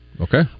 okay